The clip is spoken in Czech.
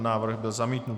Návrh byl zamítnut.